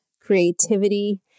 creativity